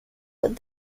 but